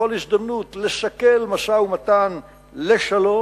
לכל הזדמנות לסכל משא-ומתן לשלום,